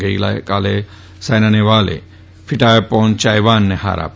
ગઈકાલે સાયના નહેવાલે ફિટાયાપોર્ન યાઇવાનને હાર આપ